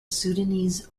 sudanese